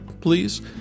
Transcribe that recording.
please